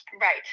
right